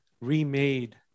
remade